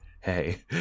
hey